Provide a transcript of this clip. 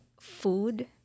food